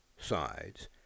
sides